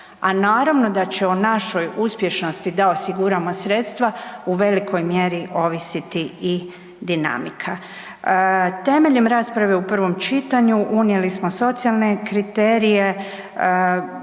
a naravno da će o našoj uspješnosti da osiguramo sredstva u velikoj mjeri ovisiti i dinamika. Temeljem rasprave u prvom čitanju unijeli smo socijalne kriterije,